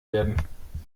werden